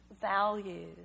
values